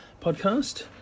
podcast